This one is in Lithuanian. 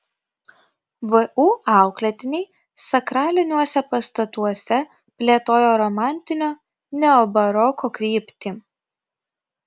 vu auklėtiniai sakraliniuose pastatuose plėtojo romantinio neobaroko kryptį